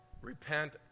repent